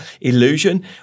illusion